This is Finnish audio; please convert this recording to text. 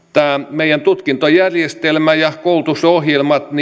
meidän tutkintojärjestelmä ja koulutusohjelmathan